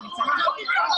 (הקרנת סרטון בנושא הכאת צלם